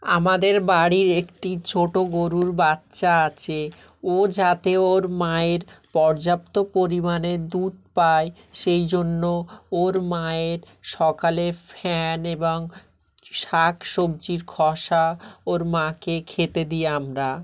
আমাদের বাড়ির একটি ছোটো গোরুর বাচ্চা আছে ও যাতে ওর মায়ের পর্যাপ্ত পরিমাণে দুধ পায় সেই জন্য ওর মায়ের সকালে ফ্যান এবং শাক সবজির খোসা ওর মাকে খেতে দিই আমরা